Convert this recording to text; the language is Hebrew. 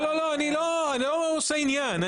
לא, לא, אני לא עושה עניין.